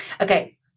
Okay